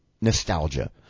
nostalgia